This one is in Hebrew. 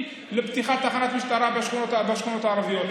על פתיחת תחנת משטרה בשכונות הערביות,